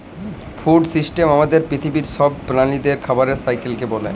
food system আমাদের পিথিবীর ছব প্রালিদের খাবারের সাইকেলকে ব্যলে